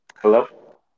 Hello